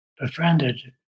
befriended